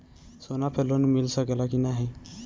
सोना पे लोन मिल सकेला की नाहीं?